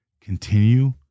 Continue